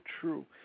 true